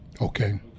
okay